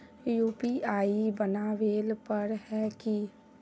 UPI बनावेल पर है की?